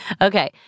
Okay